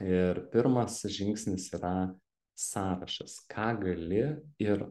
ir pirmas žingsnis yra sąrašas ką gali ir